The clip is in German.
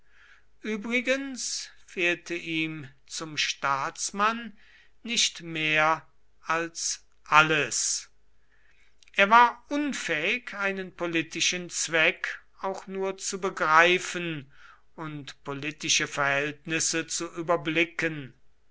übrigens fehlte ihm zum staatsmann nicht mehr als alles er war unfähig einen politischen zweck auch nur zu begreifen und politische verhältnisse zu überblicken